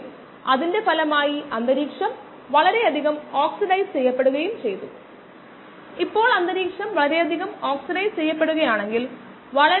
അതിനാൽ ആദ്യം അത് നിർണ്ണയിക്കുക ദശാംശ റിഡക്ഷൻ സമയം നിർണ്ണയിക്കുക b ഒരേ സാഹചര്യങ്ങളിൽ കോശങ്ങളുടെ സാന്ദ്രത അതിന്റെ യഥാർത്ഥ മൂല്യത്തിന്റെ 0